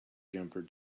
jumper